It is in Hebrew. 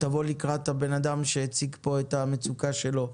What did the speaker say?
תבוא לקראת הבן אדם שהציג פה את המצוקה שלו.